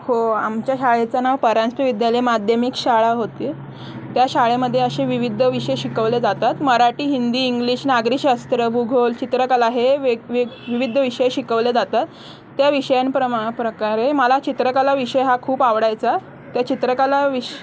हो आमच्या शाळेचं नाव परांजपे विद्यालय माध्यमिक शाळा होते त्या शाळेमध्ये असे विविध विषय शिकवले जातात मराठी हिंदी इंग्लिश नागरी शास्त्र भूगोल चित्रकला हे वेगवेग विविध विषय शिकवले जातात त्या विषयां प्रमा प्रकारे मला चित्रकला विषय हा खूप आवडायचा त्या चित्रकला विष